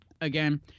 again